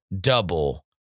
double